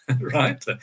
right